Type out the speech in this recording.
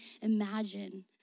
imagine